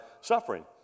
suffering